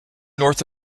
north